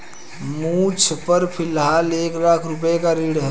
मुझपर फ़िलहाल एक लाख रुपये का ऋण है